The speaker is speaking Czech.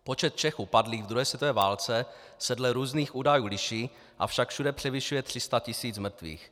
Počet Čechů padlých v druhé světové válce se dle různých údajů liší, avšak všude převyšuje 300 tisíc mrtvých.